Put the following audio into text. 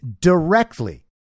directly